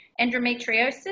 endometriosis